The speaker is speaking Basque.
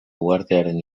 uhartearen